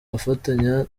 afatanya